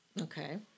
Okay